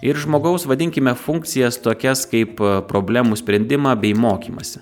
ir žmogaus vadinkime funkcijas tokias kaip problemų sprendimą bei mokymąsi